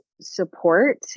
support